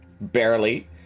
barely